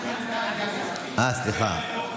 סליחה.